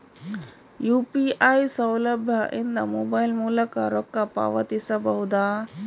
UPI ಸೌಲಭ್ಯ ಇಂದ mobile ಮೂಲಕ ರೊಕ್ಕ ಪಾವತಿಸ ಬಹುದಾ?